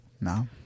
No